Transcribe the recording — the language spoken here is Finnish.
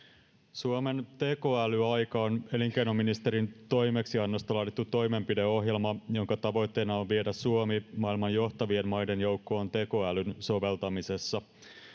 suomen tekoälyaika on elinkeinoministerin toimeksiannosta laadittu toimenpideohjelma jonka tavoitteena on viedä suomi maailman johtavien maiden joukkoon tekoälyn soveltamisessa